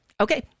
Okay